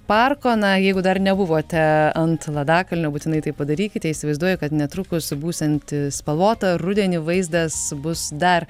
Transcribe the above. parko na jeigu dar nebuvote ant ladakalnio būtinai tai padarykite įsivaizduoju kad netrukus būsianti spalvota rudenį vaizdas bus dar